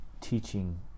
teaching